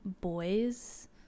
boys